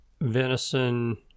Venison